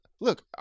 look